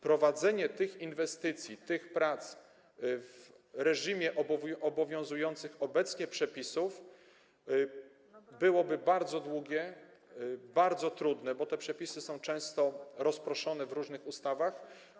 Prowadzenie tych inwestycji, tych prac w reżimie obowiązujących obecnie przepisów byłoby bardzo długie, bardzo trudne, bo te przepisy są często rozproszone w różnych ustawach.